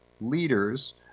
leaders